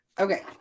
okay